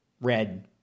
red